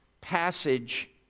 passage